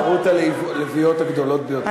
בחרו את הלביאות הגדולות ביותר.